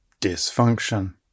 dysfunction